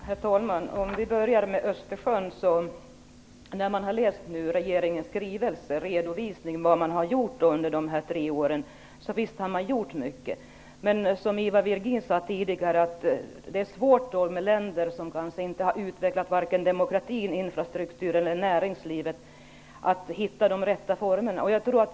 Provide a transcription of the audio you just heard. Herr talman! Jag börjar med Östersjön. När man har läst regeringens redovisning av vad den har gjort under dessa tre år ser man att den har gjort mycket. Men som Ivar Virgin tidigare sade är det svårt att hitta de rätta formerna med länder som kanske inte har utvecklat vare sig demokratin, infrastrukturen eller näringslivet.